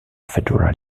federal